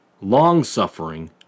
long-suffering